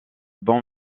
bon